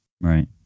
Right